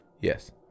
Yes